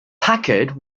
packard